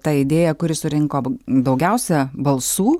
ta idėja kuri surinko daugiausia balsų